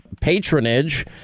patronage